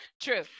true